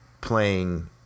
playing